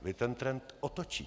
Vy ten trend otočíte.